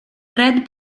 red